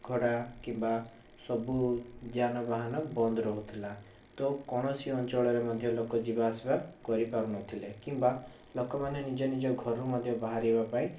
ଘୋଡ଼ା କିମ୍ବା ସବୁ ଯାନବାହାନ ବନ୍ଦ ରହୁଥିଲା ତ କୌଣସି ଅଞ୍ଚଳରେ ମଧ୍ୟ ଲୋକ ଯିବାଆସିବା କରି ପାରୁନଥିଲେ କିମ୍ୱା ଲୋକମାନେ ନିଜ ନିଜ ଘରୁ ମଧ୍ୟ ବାହାରିବା ପାଇଁ